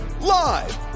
live